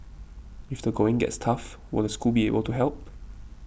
if the going gets tough will the school be able to help